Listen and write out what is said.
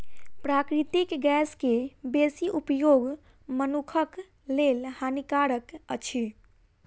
प्राकृतिक गैस के बेसी उपयोग मनुखक लेल हानिकारक अछि